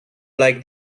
like